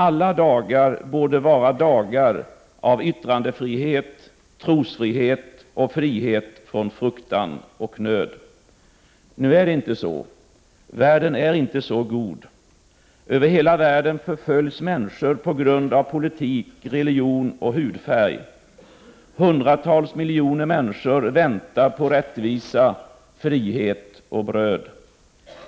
Alla dagar borde vara dagar av ”yttrandefrihet, trosfrihet och frihet från fruktan och nöd”. Nu är det inte så. Världen är inte så god. Över hela världen förföljs människor på grund av politik, religion och hudfärg. Hundratals miljoner människor väntar på rättvisa, frihet och bröd.